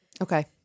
Okay